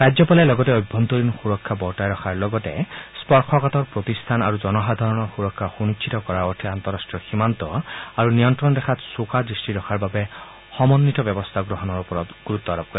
ৰাজ্যপালে লগতে অভ্যন্তৰীণ সুৰক্ষা বৰ্তাই ৰখাৰ লগতে স্পৰ্শকাতৰ প্ৰতিষ্ঠান আৰু জনসাধাৰণৰ সুৰক্ষা সুনিশ্চিত কৰাৰ অৰ্থে আন্তঃৰট্টীয় সীমান্ত আৰু নিয়ন্তণ ৰেখাত চোকা দৃষ্টি ৰখাৰ বাবে সমন্বিত ব্যৱস্থা গ্ৰহণৰ ওপৰত গুৰুত্ব আৰোপ কৰে